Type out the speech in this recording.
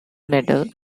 medal